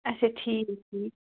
اچھا ٹھیٖک ٹھیٖک